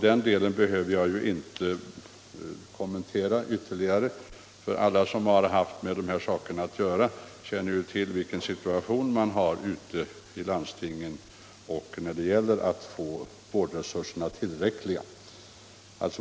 Den saken behöver jag inte kommentera ytterligare, för alla som har haft med de här sakerna att göra känner ju till situationen ute i landstingen då det gäller att få vårdresurserna att räcka till.